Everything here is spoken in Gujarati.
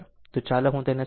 તો ચાલો હું તેને સમજાવું